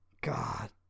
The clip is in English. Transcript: God